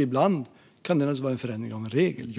Ibland kan det handla om en förenkling av en regel,